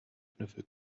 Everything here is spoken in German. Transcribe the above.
kniffel